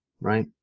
Right